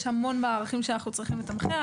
יש המון מערכים שאנחנו צריכים לתמחר.